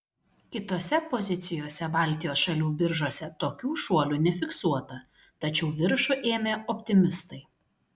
kitose pozicijose baltijos šalių biržose tokių šuolių nefiksuota tačiau viršų ėmė optimistai